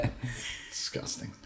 Disgusting